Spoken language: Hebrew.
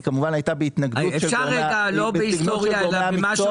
היא כמובן הייתה בהתנגדות של כלל גורמי המקצוע,